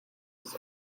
was